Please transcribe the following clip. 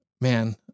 man